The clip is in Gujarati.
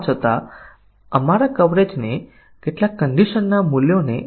અને પછી x y થાય તેવું ઈન્પુટ આપવું પડશેજે અહીં આવશે અને ઇનપુટ એવું પણ આપવું પડશે જેમાં x y થાય